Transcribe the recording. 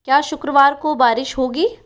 क्या शुक्रवार को बारिश होगी